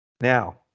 Now